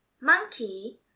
monkey